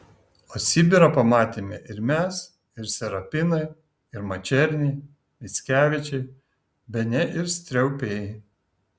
o sibirą pamatėme ir mes ir serapinai ir mačerniai mickevičiai bene ir striaupiai